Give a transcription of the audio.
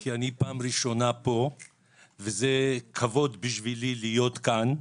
אני פעם ראשונה פה וזה כבוד בשבילי להיות כאן.